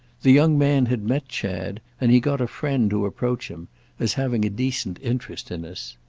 the young man had met chad, and he got a friend to approach him as having a decent interest in us.